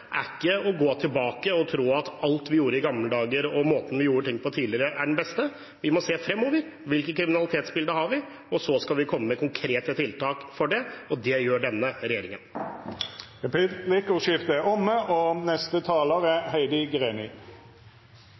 er ikke å gå tilbake og tro at alt vi gjorde i gamle dager, og måten vi gjorde ting på tidligere, er den beste. Vi må se fremover, på hvilket kriminalitetsbilde vi har, og så skal vi komme med konkrete tiltak for det, og det gjør denne regjeringen. Replikkordskiftet er omme. Senterpartiet ønsker en politikk for hele landet som sikrer lokaldemokratiets myndighet og